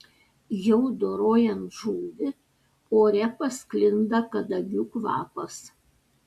jau dorojant žuvį ore pasklinda kadagių kvapas